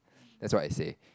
that's what I say